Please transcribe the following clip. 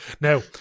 Now